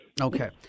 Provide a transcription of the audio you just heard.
Okay